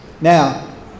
Now